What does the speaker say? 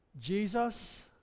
Jesus